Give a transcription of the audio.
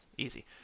easy